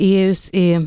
įėjus į